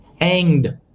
hanged